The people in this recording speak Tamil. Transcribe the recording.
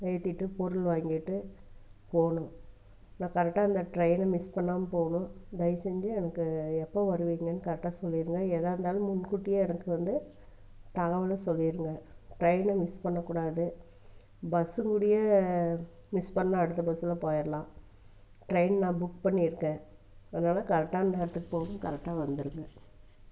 ஏற்றிட்டு பொருள் வாங்கிட்டு போகணும் நான் கரெக்டாக அந்த டிரைனை மிஸ் பண்ணாமல் போகணும் தயவுசெஞ்சு எனக்கு எப்போ வருவிங்கன்னு கரெக்ட்டாக சொல்லியிருங்க எதாக இருந்தாலும் முன்கூட்டியே எனக்கு வந்து தகவலை சொல்லிடுங்க டிரைனை மிஸ் பண்ண கூடாது பஸ் கூட மிஸ் பண்ணால் அடுத்த பஸ்ஸில் போயிடலாம் ட்ரைன் நான் புக் பண்ணியிருக்கேன் அதனால் கரெக்டான நேரத்துக்கு போகணும் கரெக்டாக வந்துடுங்க